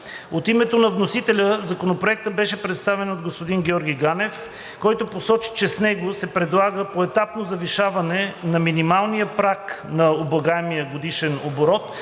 От името на вносителя Законопроектът беше представен от господин Георги Ганев, който посочи, че с него се предлага поетапно завишаване на минималния праг на облагаемия годишен оборот